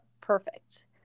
perfect